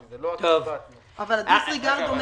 אבל הדיסריגרד אומר